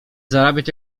zarabiać